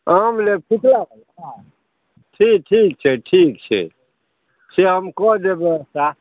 आम लेब टिकुलावला ठीक ठीक छै ठीक छै से हम कऽ देब व्यवस्था